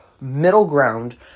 middle-ground